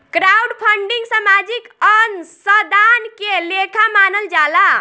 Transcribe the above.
crowdfunding सामाजिक अंशदान के लेखा मानल जाला